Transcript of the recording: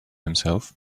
himself